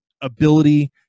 ability